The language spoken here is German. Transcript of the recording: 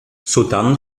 sodann